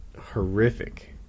horrific